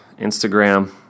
Instagram